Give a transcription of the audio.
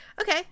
Okay